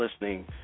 listening